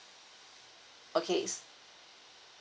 okays